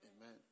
Amen